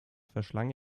verschlang